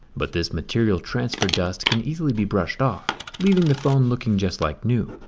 but this material transfer dust can easily be brushed off leaving the phone looking just like new.